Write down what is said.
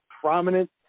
prominent